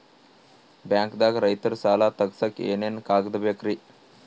ಬ್ಯಾಂಕ್ದಾಗ ರೈತರ ಸಾಲ ತಗ್ಸಕ್ಕೆ ಏನೇನ್ ಕಾಗ್ದ ಬೇಕ್ರಿ?